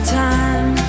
time